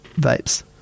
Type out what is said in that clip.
vapes